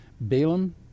Balaam